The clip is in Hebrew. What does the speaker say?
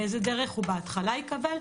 באיזה דרך הוא בהתחלה יקבל,